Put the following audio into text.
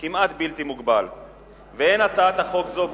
בין רצונו,